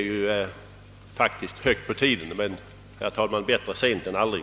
Det är faktiskt hög tid att något sker. Men, herr talman, bättre sent än aldrig!